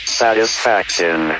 satisfaction